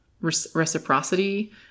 reciprocity